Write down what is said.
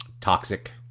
toxic